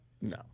No